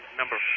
number